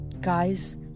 guys